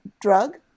drug